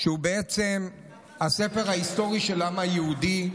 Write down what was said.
שהוא הספר ההיסטורי של העם היהודי,